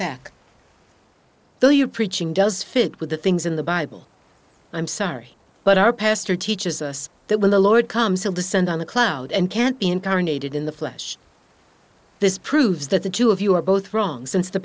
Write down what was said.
back though your preaching does fit with the things in the bible i'm sorry but our pastor teaches us that when the lord comes to descend on the cloud and can't be incarnated in the flesh this proves that the two of you are both wrong since the